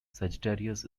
sagittarius